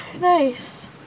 nice